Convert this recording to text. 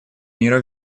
мира